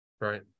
Right